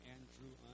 Andrew